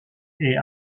est